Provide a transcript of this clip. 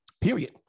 period